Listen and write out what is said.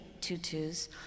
tutus